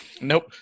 Nope